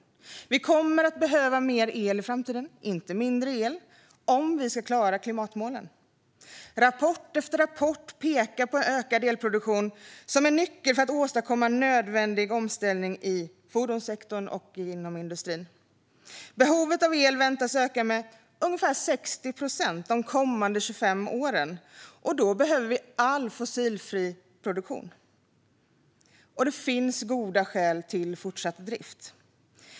Vi kommer att behöva mer el, inte mindre, i framtiden om vi ska klara klimatmålen. Rapport efter rapport pekar på ökad elproduktion som en nyckel för att åstadkomma nödvändig omställning i fordonssektorn och inom industrin. Behovet av el väntas öka med ungefär 60 procent de kommande 25 åren. Då behöver vi all fossilfri produktion. Det finns goda skäl till fortsatt drift.